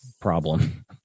problem